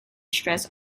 stress